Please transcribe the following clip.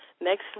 Next